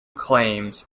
claims